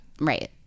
Right